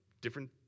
different